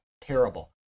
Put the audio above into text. terrible